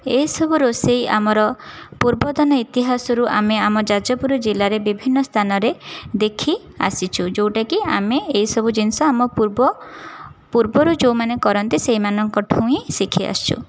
ଏହିସବୁ ରୋଷେଇ ଆମର ପୂର୍ବତନ ଇତିହାସରୁ ଆମେ ଆମ ଯାଜପୁର ଜିଲ୍ଲାରେ ବିଭିନ୍ନ ସ୍ଥାନରେ ଦେଖି ଆସିଛୁ ଯେଉଁଟାକି ଆମେ ଏହିସବୁ ଜିନିଷ ଆମ ପୂର୍ବ ପୂର୍ବର ଯେଉଁମାନେ କରନ୍ତି ସେହିମାନଙ୍କଠୁ ହିଁ ଶିଖିଆସିଛୁ